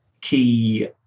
key